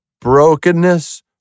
brokenness